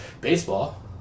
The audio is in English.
Baseball